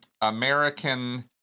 American